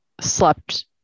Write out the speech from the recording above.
slept